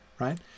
Right